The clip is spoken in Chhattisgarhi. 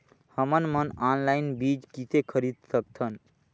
हमन मन ऑनलाइन बीज किसे खरीद सकथन?